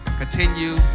continue